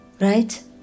Right